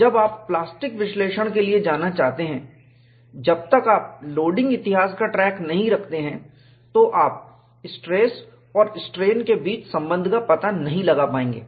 जब आप प्लास्टिक विश्लेषण के लिए जाना चाहते हैं जब तक आप लोडिंग इतिहास का ट्रैक नहीं रखते हैं तो आप स्ट्रेस और स्ट्रेन के बीच के संबंध का पता नहीं लगा पाएंगे